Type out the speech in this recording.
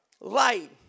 light